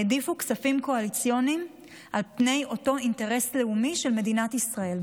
העדיפו כספים קואליציוניים על פני אותו אינטרס לאומי של מדינת ישראל,